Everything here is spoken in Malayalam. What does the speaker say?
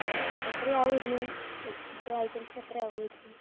അപ്പോൾ എത്രയാകും ഇതിന് ഇത്ര ഐറ്റംസിനു എത്രയാകുമായിരിക്കും